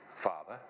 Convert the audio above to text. father